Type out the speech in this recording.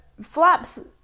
Flaps